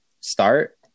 start